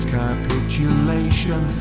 capitulation